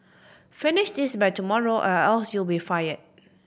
finish this by tomorrow or else you'll be fired